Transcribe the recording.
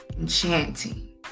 enchanting